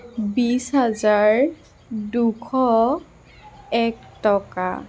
বিশ হাজাৰ দুশ এক টকা